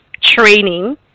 training